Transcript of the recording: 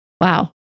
wow